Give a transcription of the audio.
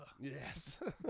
Yes